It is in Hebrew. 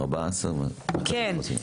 כן.